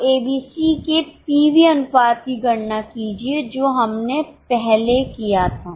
अब एबीसी के पीवी अनुपात की गणना कीजिए जो हमने पहले किया था